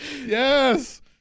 Yes